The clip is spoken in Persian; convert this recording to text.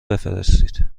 بفرستید